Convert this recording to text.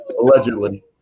Allegedly